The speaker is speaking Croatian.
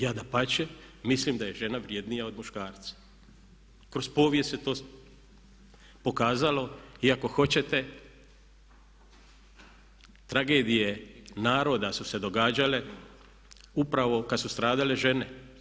Ja dapače mislim da je žena vrijednija od muškarca, kroz povijest se to pokazalo i ako hoćete tragedije naroda su se događale upravo kad su stradale žene.